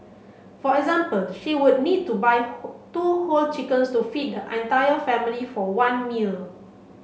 for example she would need to buy whole two whole chickens to feed the entire family for one meal